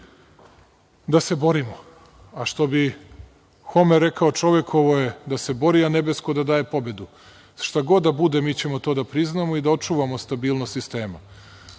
da se borimo, a što bi Homer rekao, čovekovo je da se bori, a nebesko da daje pobedu. Šta god da bude, mi ćemo to da priznamo i da očuvamo stabilnost